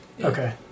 Okay